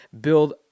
build